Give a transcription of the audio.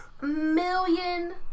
million